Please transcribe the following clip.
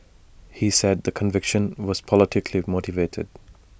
he said the conviction was politically motivated